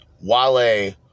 Wale